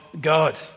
God